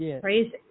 crazy